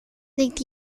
liegt